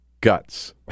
guts